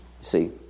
see